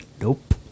Nope